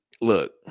Look